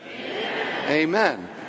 amen